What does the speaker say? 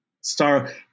Star